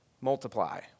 multiply